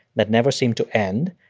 that never seemed to end,